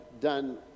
done